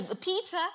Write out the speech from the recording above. Peter